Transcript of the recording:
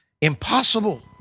Impossible